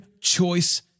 choice